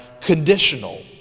conditional